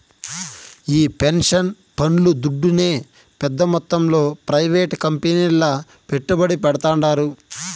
ఈ పెన్సన్ పండ్లు దుడ్డునే పెద్ద మొత్తంలో ప్రైవేట్ కంపెనీల్ల పెట్టుబడి పెడ్తాండారు